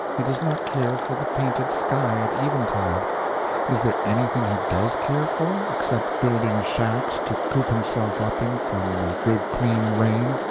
he does not care for the painted sky at eventide is there anything he does care for, except building shacks to coop himself up in from the good clean rain,